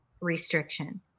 restriction